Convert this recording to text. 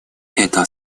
это